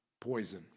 poison